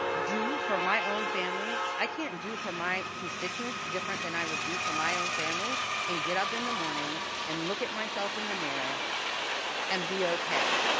do for my own family, i can't do for my constituents different than i would do for my own family and get up in the morning and look at myself in the mirror and be okay.